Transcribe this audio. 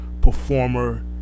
performer